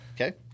Okay